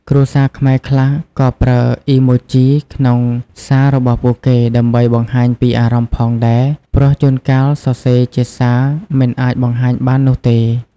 គ្រួសារខ្មែរខ្លះ ក៏ប្រើអុីម៉ូជីក្នុងសាររបស់ពួកគេ ដើម្បីបង្ហាញពីអារម្មណ៍ផងដែរ ព្រោះជួនកាលសរសេរជាសារមិនអាចបង្ហាញបាននោះទេ។